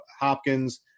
Hopkins